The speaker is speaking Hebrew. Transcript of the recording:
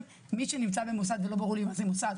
שמי שנמצא במוסד ולא ברור לי מה זה מוסד,